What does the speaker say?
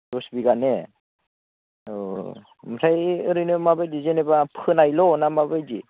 दस बिगा ने औ ओमफ्राय ओरैनो माबायदि जेनेबा फोनायल' ना माबायदि